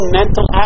mental